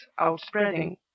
outspreading